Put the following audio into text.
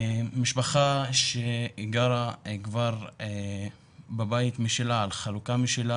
משפחה שגרה כבר בבית משלה על חלוקה משלה.